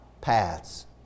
paths